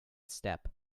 step